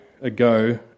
ago